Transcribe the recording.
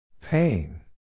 Pain